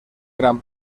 gran